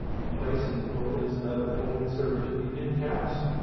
in place and that both ends of that are fully inserted to the end caps.